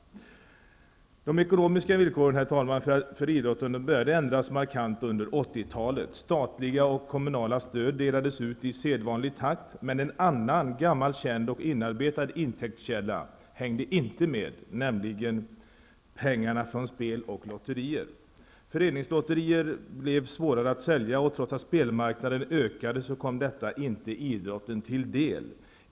De ekonomiska villkoren för idrotten började ändras markant under 80-talet. Statliga och kommunala stöd delades ut i sedvanlig takt, men en annan gammal känd och inarbetad intäktskälla hängde inte med, nämligen pengarna från spel och lotterier. Föreningslotterier blev svårare att sälja, och trots att spelmarknaden ökade kom detta inte idrotten till del.